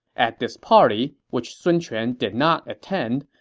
at this party, which sun quan did not attend,